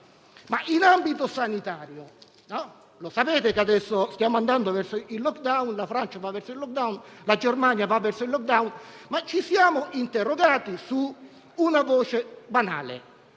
In ambito sanitario lo sapete che adesso stiamo andando verso il *lockdown*. La Francia e la Germania vanno verso il *lockdown*, ma ci siamo interrogati su una voce banale?